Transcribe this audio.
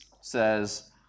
says